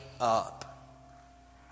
up